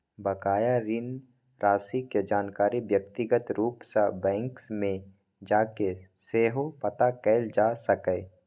बकाया ऋण राशि के जानकारी व्यक्तिगत रूप सं बैंक मे जाके सेहो पता कैल जा सकैए